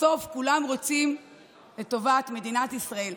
בסוף כולם רוצים את טובת מדינת ישראל,